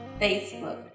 Facebook